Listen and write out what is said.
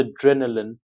adrenaline